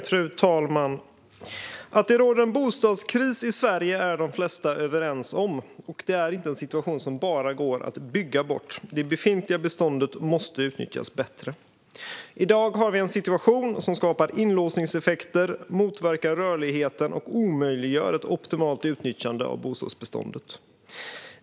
Fru talman! Att det råder bostadskris i Sverige är de flesta överens om, och det är inte en situation som bara går att bygga bort. Det befintliga beståndet måste utnyttjas bättre. I dag har vi en situation som skapar inlåsningseffekter, motverkar rörligheten och omöjliggör ett optimalt utnyttjande av bostadsbeståndet.